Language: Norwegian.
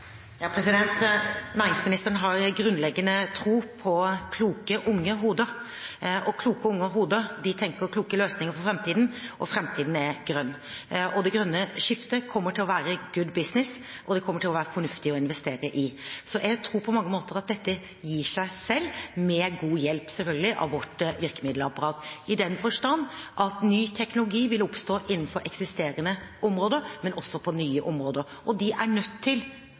Næringsministeren har grunnleggende tro på kloke, unge hoder, og kloke, unge hoder tenker kloke løsninger for framtiden. Framtiden er grønn, og det grønne skiftet kommer til å være «good business», og det kommer til å være fornuftig å investere i. Så jeg tror på mange måter at dette gir seg selv, med god hjelp, selvfølgelig, av vårt virkemiddelapparat, i den forstand at ny teknologi vil oppstå innenfor eksisterende områder, men også på nye områder, og de er nødt til